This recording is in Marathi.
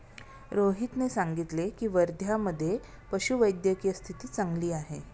रोहितने सांगितले की, वर्ध्यामधे पशुवैद्यकीय स्थिती चांगली आहे